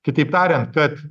kitaip tariant kad